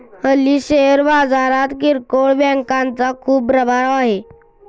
हल्ली शेअर बाजारात किरकोळ बँकांचा खूप प्रभाव आहे